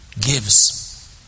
gives